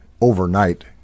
overnight